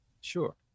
Sure